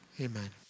amen